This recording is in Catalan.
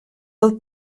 del